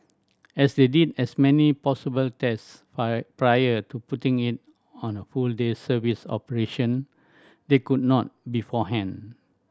as they did as many possible test prior to putting it on a full day service operation they could not beforehand